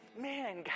Man